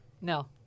No